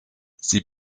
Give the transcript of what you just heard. sie